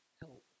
help